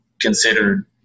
considered